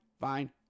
fine